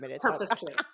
purposely